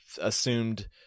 assumed